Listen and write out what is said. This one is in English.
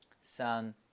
sun